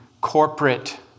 corporate